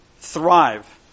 thrive